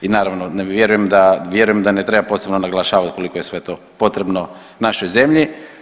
I naravno ne vjerujem da, vjeruje da ne treba posebno naglašavati koliko je sve to potrebno našoj zemlji.